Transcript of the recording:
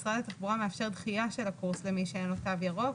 משרד התחבורה מאפשר דחייה של הקורס למי שאין לו תו ירוק,